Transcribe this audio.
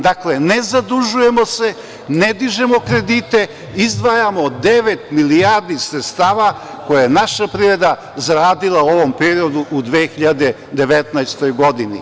Dakle, ne zadužujemo se, ne dižemo kredite, izdvajamo devet milijardi sredstava koje je naša privreda zaradila u ovom periodu u 2019. godini